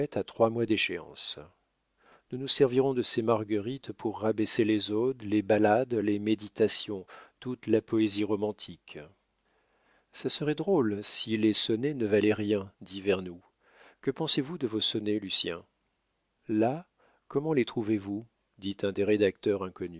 à trois mois d'échéance nous nous servirons de ses marguerites pour rabaisser les odes les ballades les méditations toute la poésie romantique ça serait drôle si les sonnets ne valaient rien dit vernou que pensez-vous de vos sonnets lucien là comment les trouvez-vous dit un des rédacteurs